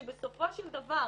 שבסופו של דבר,